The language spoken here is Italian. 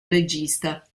regista